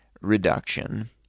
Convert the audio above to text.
reduction